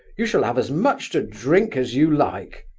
you shall have as much to drink as you like.